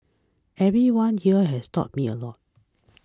everyone here has taught me a lot